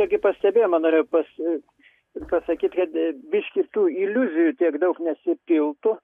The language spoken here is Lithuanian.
irgi pastebėją norėjau pas pasakyt kad biški tų iliuzijų tiek daug nesipiltų